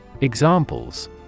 Examples